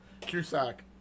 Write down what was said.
Cusack